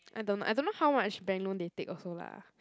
I don't I don't know how much bank loan they take also lah